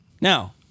Now